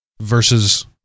versus